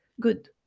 good